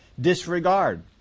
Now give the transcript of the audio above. Disregard